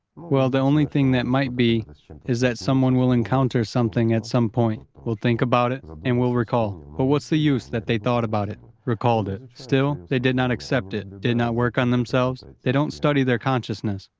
well, the only thing that might be is that someone will encounter something at some point, will think about it and will recall. but what's the use that they thought about it, recalled it? still, they did not accept it, did not work on themselves. they don't study their consciousness,